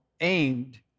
aimed